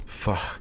fuck